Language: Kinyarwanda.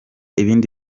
ibindi